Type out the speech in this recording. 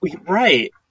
Right